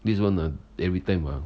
this one ah everytime ah